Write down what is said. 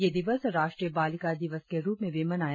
ये दिवस राष्ट्रीय बालिका दिवस के रुप में भी मनाया जाता है